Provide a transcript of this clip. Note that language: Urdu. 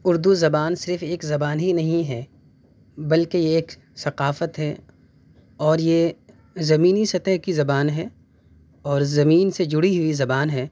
اردو زبان صرف ایک زبان ہی نہیں ہے بلکہ یہ ایک ثقافت ہے اور یہ زمینی سطح کی زبان ہے اور زمین سے جڑی ہوئی زبان ہے